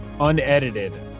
unedited